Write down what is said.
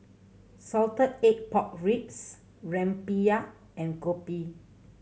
salted egg pork ribs rempeyek and kopi